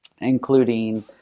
including